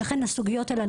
לגבי הסוגיות האלה.